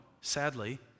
sadly